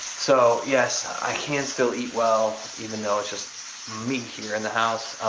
so, yes, i can still eat well, even though it's just me here in the house.